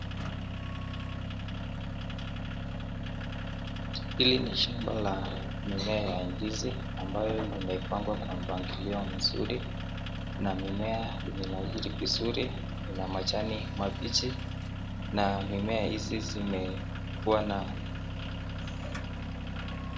Hili ni shamba la mimea la ndizi ambayo imepangwa na mpangilio mzuri, na mimea imenauri vizuri inamajane mazuri na mimea hizi zimekuwa na.